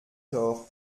tort